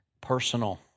Personal